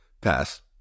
Pass